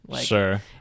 Sure